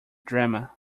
drama